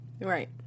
Right